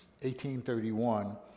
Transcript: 1831